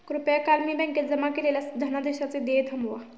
कृपया काल मी बँकेत जमा केलेल्या धनादेशाचे देय थांबवा